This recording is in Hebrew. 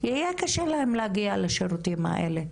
יהיה קשה להם להגיע לשירותים האלה.